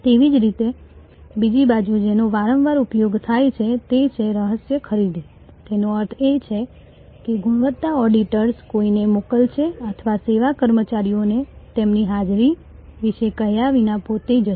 તેવી જ રીતે બીજી વસ્તુ જેનો વારંવાર ઉપયોગ થાય છે તે છે રહસ્ય ખરીદી તેનો અર્થ એ છે કે ગુણવત્તા ઓડિટર્સ કોઈને મોકલશે અથવા સેવા કર્મચારીઓને તેમની હાજરી વિશે કહ્યા વિના પોતે જશે